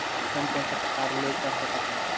कोन कोन से प्रकार ले कर सकत हन?